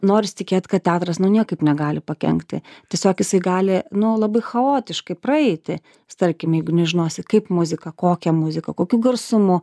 noris tikėt kad teatras niekaip negali pakenkti tiesiog jisai gali nu labai chaotiškai praeiti tarkim jeigu nežinosi kaip muzika kokią muziką kokiu garsumu